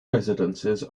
residences